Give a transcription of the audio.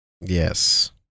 Yes